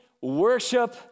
worship